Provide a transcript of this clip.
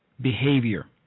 behavior